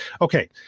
Okay